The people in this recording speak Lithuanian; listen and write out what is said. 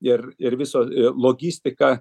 ir ir viso logistika